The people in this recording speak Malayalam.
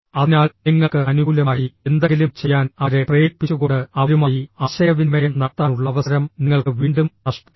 അതിനാൽ നിങ്ങൾക്ക് അനുകൂലമായി എന്തെങ്കിലും ചെയ്യാൻ അവരെ പ്രേരിപ്പിച്ചുകൊണ്ട് അവരുമായി ആശയവിനിമയം നടത്താനുള്ള അവസരം നിങ്ങൾക്ക് വീണ്ടും നഷ്ടപ്പെടും